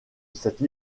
cette